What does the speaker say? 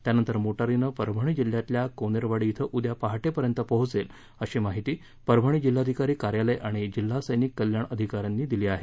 त्यानंतर मोटारीनं परभणी जिल्ह्यातल्या कोनेरवाडी झिं उद्या पहाटेपर्यंत पोहोचेल अशी माहिती परभणी जिल्हाधिकारी कार्यालय आणि जिल्हा सैनिक कल्याण अधिकाऱ्यांनी दिली आहे